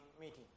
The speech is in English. meeting